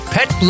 Pet